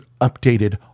updated